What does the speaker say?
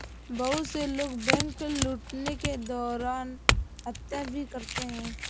बहुत से लोग बैंक लूटने के दौरान हत्या भी करते हैं